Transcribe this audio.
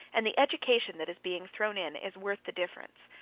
and the education that is being thrown in is worth the difference.